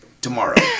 tomorrow